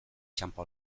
txanpa